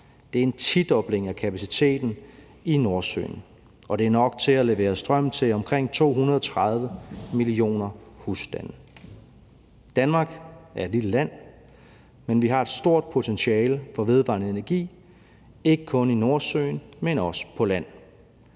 Det er en tidobling af kapaciteten i Nordsøen, og det er nok til at levere strøm til omkring 230 millioner husstande. Kl. 11:19 Danmark er et lille land, men vi har et stort potentiale for vedvarende energi, ikke kun i Nordsøen, men også på land.